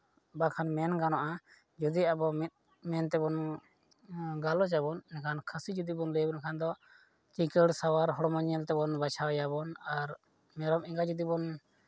ᱵᱟᱠᱷᱟᱱ ᱢᱮᱱ ᱜᱟᱱᱚᱜᱼᱟ ᱡᱩᱫᱤ ᱟᱵᱚ ᱢᱮᱱ ᱛᱮᱵᱚᱱ ᱜᱟᱞᱚᱪ ᱟᱵᱚᱱ ᱮᱱᱠᱷᱟᱱ ᱠᱷᱟᱹᱥᱤ ᱡᱩᱫᱤ ᱵᱚᱱ ᱞᱟᱹᱭᱟ ᱮᱱᱠᱷᱟᱱ ᱫᱚ ᱪᱤᱠᱟᱹᱲ ᱥᱟᱶᱟᱨ ᱦᱚᱲᱢᱚ ᱧᱮᱞᱛᱮ ᱵᱟᱪᱷᱟᱣ ᱮᱭᱟᱵᱚᱱ ᱟᱨ ᱢᱮᱨᱚᱢ ᱮᱸᱜᱟ ᱡᱩᱫᱤ ᱵᱚᱱ